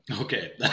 Okay